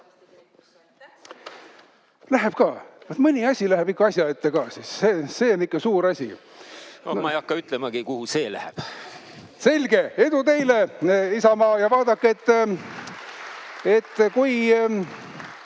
Läheb ka, mõni asi läheb ikka asja ette ka. See on ikka suur asi. Ma ei hakka ütlemagi, kuhu see läheb. Selge. Edu teile, Isamaa! (Aplaus saalis.)